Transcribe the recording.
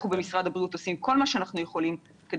אנחנו במשרד הבריאות עושים כל מה שאנחנו יכולים כדי